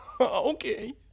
Okay